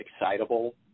excitable